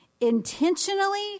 intentionally